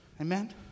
Amen